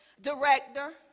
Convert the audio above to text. director